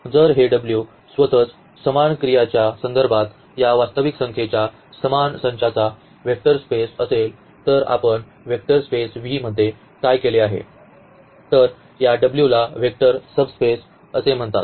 जर हे W स्वतःच समान क्रियांच्या संदर्भात या वास्तविक संख्येच्या समान संचावर वेक्टर स्पेस असेल तर आपण वेक्टर स्पेस V मध्ये काय केले आहे तर या W ला वेक्टर सबस्पेस असे म्हणतात